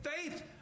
Faith